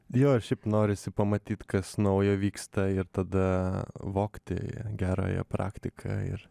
jo ir šiaip norisi pamatyt kas naujo vyksta ir tada vogti gerąją praktiką ir